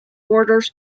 borders